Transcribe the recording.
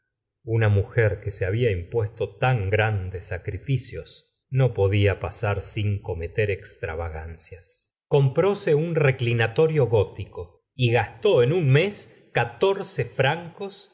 una mujer que se había impuesto tan grandes sacrificios no podía pasar sin cometer extravagancias la señora de bovary gustavo plaubept compróse un reclinatorio gótico y gastó en un mes catorce francos